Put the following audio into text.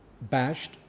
bashed